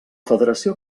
federació